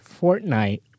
Fortnite